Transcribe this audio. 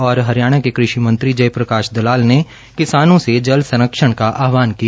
हरियाणा के कृषि मंत्री जय प्रकाश दलाल ने किसानों से जल संरक्षण का आहवान किया